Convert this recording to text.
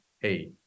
hey